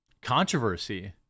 controversy